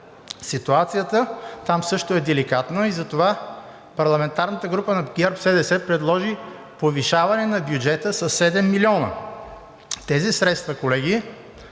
Ситуацията там също е деликатна и затова парламентарната група на ГЕРБ-СДС предложи повишаване на бюджета със 7 милиона. Тези средства, колеги,